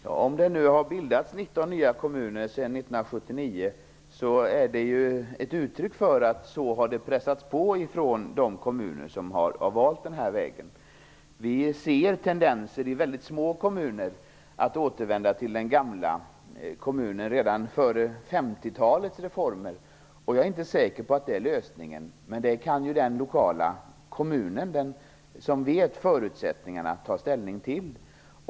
Fru talman! Att det har bildats 19 nya kommuner sedan 1979 är i så fall ett uttryck för att man från de kommuner som har valt den här vägen har pressat på om detta. Vi ser i väldigt små kommuner tendenser att återvända till den gamla kommunindelningen redan före 50-talets reformer. Jag är inte säker på att det är en lösning, men det kan den lokala kommunen, som känner till förutsättningarna, ta ställning till.